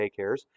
daycares